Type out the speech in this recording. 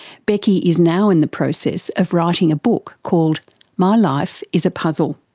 becky is now in the process of writing a book called my life is a puzzle,